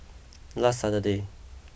last Saturday